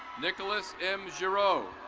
nicholas n. jero.